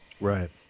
Right